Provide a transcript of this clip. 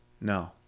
No